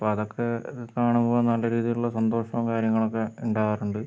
അപ്പം അതൊക്കെ കാണുമ്പോൾ നല്ല രീതിയിലുള്ള സന്തോഷവും കാര്യങ്ങളൊക്കെ ഉണ്ടാകാറുണ്ട്